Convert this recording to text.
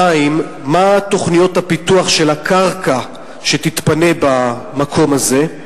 2. מה הן תוכניות הפיתוח של הקרקע שתתפנה במקום הזה,